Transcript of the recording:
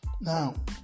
Now